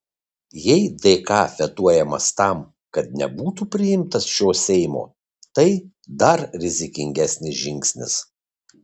jei dk vetuojamas tam kad nebūtų priimtas šio seimo tai dar rizikingesnis žingsnis